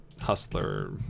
hustler